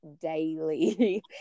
daily